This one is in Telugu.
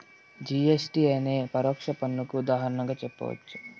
జి.ఎస్.టి నే పరోక్ష పన్నుకు ఉదాహరణగా జెప్పచ్చు